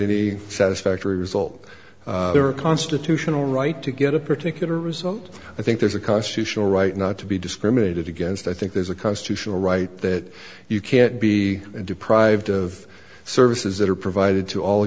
any satisfactory result their constitutional right to get a particular result i think there's a constitutional right not to be discriminated against i think there's a constitutional right that you can't be deprived of services that are provided to all